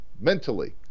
mentally